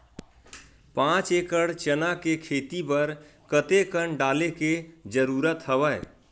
पांच एकड़ चना के खेती बर कते कन डाले के जरूरत हवय?